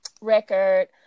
record